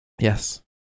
Yes